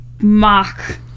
mock